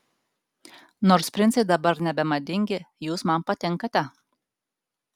nors princai dabar nebemadingi jūs man patinkate